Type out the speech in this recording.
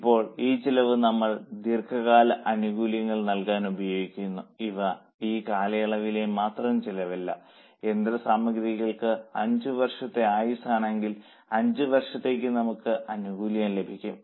ഇപ്പോൾ ഈ ചെലവ് നമ്മൾക്ക് ദീർഘകാല ആനുകൂല്യങ്ങൾ നൽകാൻ പോകുന്നു ഇവ ആ കാലയളവിലെ മാത്രം ചെലവല്ല യന്ത്രസാമഗ്രിക്ക് 5 വർഷത്തെ ആയുസ്സ് ആണെങ്കിൽ 5 വർഷത്തേക്ക് നമുക്ക് ആനുകൂല്യം ലഭിക്കും